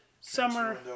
summer